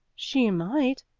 she might,